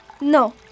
No